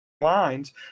Lines